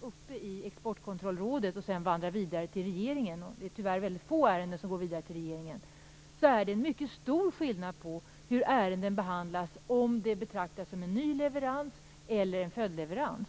uppe i Exportkontrollrådet och sedan vandrar vidare till regeringen - det är tyvärr väldigt få ärenden som går vidare till regeringen - att det är mycket stor skillnad på hur ärenden behandlas om de betraktas som gällande en ny leverans eller en följdleverans.